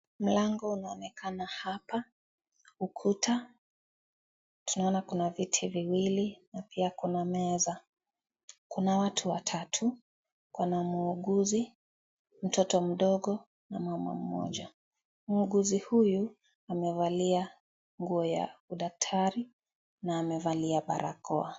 Mlango unaonekana hapa, ukuta, tunaona kuna viti viwili ns pia kuna meza. Kuna watu watatu, kuna muuguzi, mtoto mdogo, mwanaume mmoja. Muuguzi huyu amevalia nguo ya daktari na amevalia barakoa.